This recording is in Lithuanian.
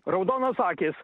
raudonos akys